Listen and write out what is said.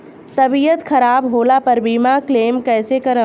तबियत खराब होला पर बीमा क्लेम कैसे करम?